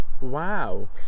Wow